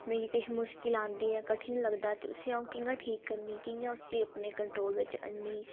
मिगी किश मुश्कल आंदी ऐ कठन लगदा ऐ ते उसी अ'ऊं कि'यां ठीक करनीं कि'यां अपने कंट्रोल बिच आह्ननी